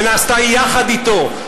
שנעשתה יחד אתו,